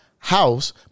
House